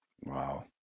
Wow